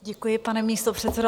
Děkuji, pane místopředsedo.